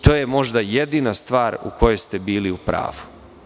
To je, možda, jedina stvar u kojoj ste bili u pravu.